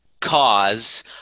cause